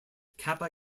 kappa